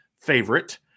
favorite